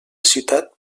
ciutat